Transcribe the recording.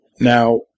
Now